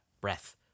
breath